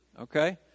Okay